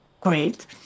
great